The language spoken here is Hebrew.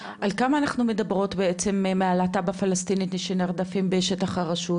על כמה אנחנו מדברות בעצם מהלהט"ב הפלסטיני שנרדפים בשטח הרשות?